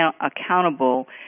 accountable